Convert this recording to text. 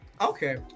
Okay